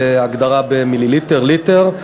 בהגדרה של מיליליטר או ליטר,